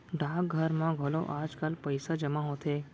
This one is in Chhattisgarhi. डाकघर म घलौ आजकाल पइसा जमा होथे